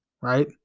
right